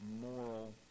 moral